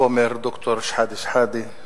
הכומר ד"ר שחאדה שחאדה,